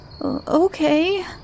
okay